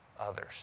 others